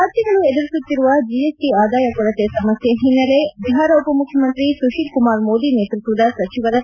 ರಾಜ್ಯಗಳು ಎದುರಿಸುತ್ತಿರುವ ಜಿಎಸ್ಟಿ ಆದಾಯ ಕೊರತೆ ಸಮಸ್ಕೆ ಹಿನ್ನೆಲೆ ಬಿಹಾರ ಉಪಮುಖ್ಯಮಂತ್ರಿ ಸುಶೀಲ್ ಕುಮಾರ್ ಮೋದಿ ನೇತೃತ್ವದ ಸಚಿವರ ತಂಡ ರಚನೆ